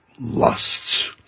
lusts